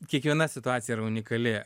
kiekviena situacija yra unikali